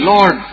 Lord